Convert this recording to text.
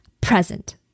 present